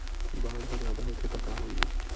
बाढ़ ह जादा होथे त का होही?